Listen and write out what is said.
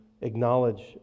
Acknowledge